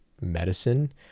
medicine